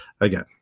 again